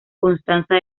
constanza